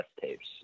tapes